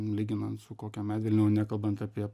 lyginant su kokia medvilne jau nekalbant apie